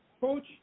Coach